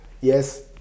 Yes